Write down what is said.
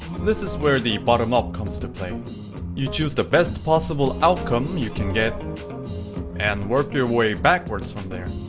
this is where the bottom up comes to play you choose the best possible outcome you can get and work your way backwards from there